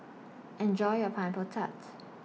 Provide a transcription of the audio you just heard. Enjoy your Pineapple Tart